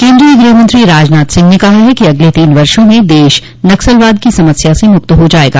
केन्द्रीय गृह मंत्री राजनाथ सिंह ने कहा है कि अगले तीन वर्षों में देश नक्सलवाद की समस्या से मुक्त हो जाएगा